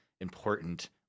important